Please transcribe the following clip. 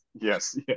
yes